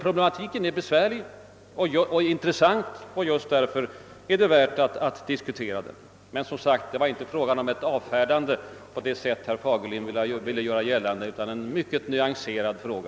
Problematiken är besvärlig och intressant. Just därför är det värt att diskutera den. Jag uttryckte mig alltså inte så kategoriskt som herr Fagerlund ville göra gällande. Jag ställde en mycket nyanserad fråga.